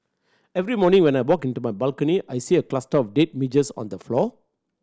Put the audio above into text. every morning when I walk into my balcony I see a cluster of dead midges on the floor